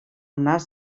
nas